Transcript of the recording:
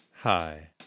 Hi